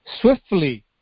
swiftly